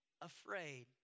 afraid